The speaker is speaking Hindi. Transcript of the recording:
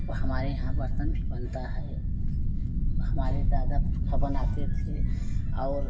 वह हमारे यहाँ बर्तन भी बनता है वह हमारे दादा पुरखा बनाते थे और